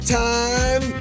time